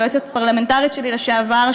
היועצת הפרלמנטרית שלי לשעבר,